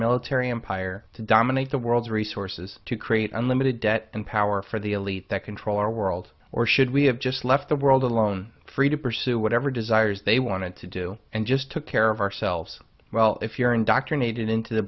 military empire to dominate the world's resources to create unlimited debt and power for the elite that troll our world or should we have just left the world alone free to pursue whatever desires they wanted to do and just took care of ourselves well if you're indoctrinated into the